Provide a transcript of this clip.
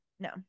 No